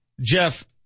Jeff